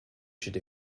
should